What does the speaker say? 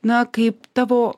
na kaip tavo